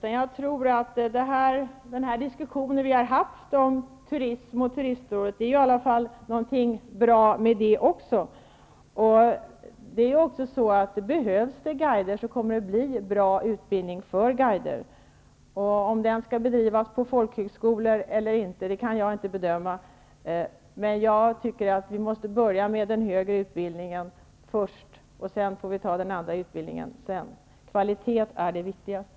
Herr talman! Jag är inte alls orolig. Det är ju i alla fall något bra med den diskussion vi har haft om turism och Turistrådet. Behövs det guider kommer det också att finnas en bra utbildning för guider. Om den skall bedrivas på folkhögskolor eller inte kan jag inte bedöma, men jag menar att vi måste börja med den högre utbildningen, och sedan får vi ta den andra utbildningen. Kvalitet är det viktigaste.